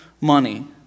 money